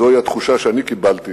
זוהי התחושה שאני קיבלתי